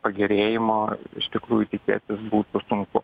pagerėjimo iš tikrųjų tikėtis būtų sunku